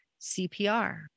CPR